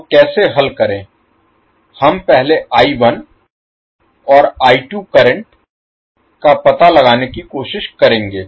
तो कैसे हल करें हम पहले I1 और I2 करंट का पता लगाने की कोशिश करेंगे